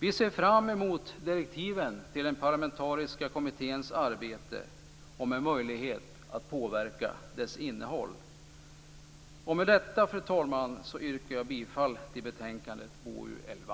Vi ser fram mot direktiven till den parlamentariska kommitténs arbete om en möjlighet att påverka dess innehåll. Med detta, fru talman, yrkar jag bifall till hemställan i betänkandet BoU11.